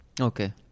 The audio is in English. okay